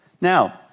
Now